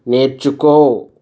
నేర్చుకో